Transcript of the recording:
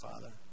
Father